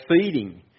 feeding